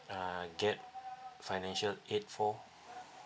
uh get financial aid for